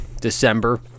December